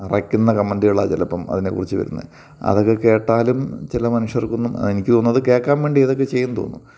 അറയ്ക്കുന്ന കമൻ്റുകളാണ് ചിലപ്പം അതിനെ കുറിച്ച് വരുന്നത് അതൊക്കെ കേട്ടാലും ചെല മനുഷ്യർക്കൊന്നും അതെനിക്ക് തോന്നുന്നത് കേൾക്കാൻ വേണ്ടിയ ഇതൊക്കെ ചെയ്യുമെന്ന് തോന്നുന്നു